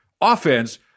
offense